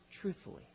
truthfully